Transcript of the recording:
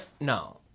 No